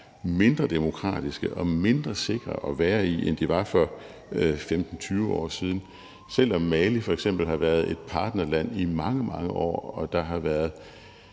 mindre demokratiske og mindre sikre at være i, end de var for 15-20 år siden. Selv om Mali f.eks. i mange, mange år har været